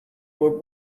were